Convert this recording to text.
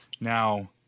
Now